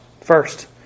first